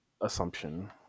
assumption